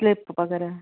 slip वग़ैरह